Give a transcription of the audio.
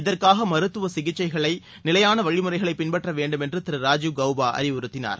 இதற்காக மருத்துவ சிகிச்சைக்கான நிலையான வழிமுறைகளை பின்பற்ற வேண்டும் என்று திரு ராஜீவ் கவ்பா அறிவுறுத்தினார்